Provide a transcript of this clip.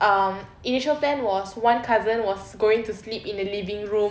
um initial plan was one cousin was going to sleep in the living room